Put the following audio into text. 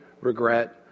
regret